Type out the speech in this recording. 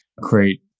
create